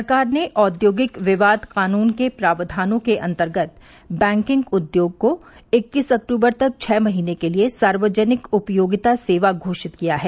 सरकार ने औद्योगिक विवाद कानून के प्रावधानों के अंतर्गत बैंकिंग उद्योग को इक्कीस अक्टूबर तक छः महीने के लिये सार्वजनिक उपयोगिता सेवा घोषित किया है